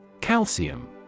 Calcium